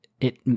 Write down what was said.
it-